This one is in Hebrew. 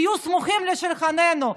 תהיו סמוכים על שולחננו,